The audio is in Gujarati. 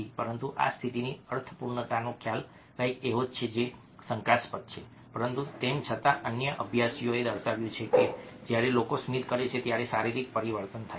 પરંતુ આ સ્મિતની અર્થપૂર્ણતાનો ખ્યાલ કંઈક એવો છે જે શંકાસ્પદ છે પરંતુ તેમ છતાં અન્ય અભ્યાસોએ દર્શાવ્યું છે કે જ્યારે લોકો સ્મિત કરે છે ત્યારે શારીરિક પરિવર્તન થાય છે